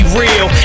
real